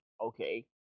Okay